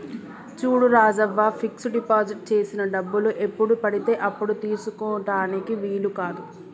చూడు Rajavva fix deposit చేసిన డబ్బులు ఎప్పుడు పడితే అప్పుడు తీసుకుటానికి వీలు కాదు